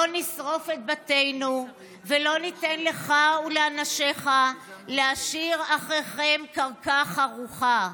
לא נשרוף את בתינו ולא ניתן לך ולאנשיך להשאיר אחריכם קרקע חרוכה.